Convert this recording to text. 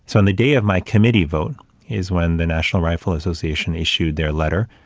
so on the day of my committee vote is when the national rifle association issued their letter,